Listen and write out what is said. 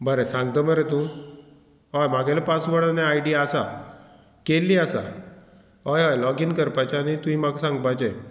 बरें सांगता मरे तूं हय म्हागेले पासवर्ड आनी आयडी आसा केल्ली आसा हय हय लॉगीन करपाचें आनी तुवें म्हाका सांगपाचें